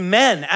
men